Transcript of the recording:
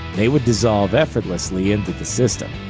they would dissolve effortlessly into the system.